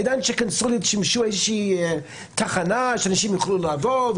העידן בו קונסוליות שימשו איזושהי תחנה שאנשים יוכלו לבוא אליה,